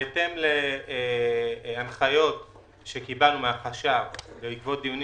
בהתאם להנחיות שקיבלנו מהחשב בעקבות דיונים